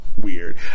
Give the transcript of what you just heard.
weird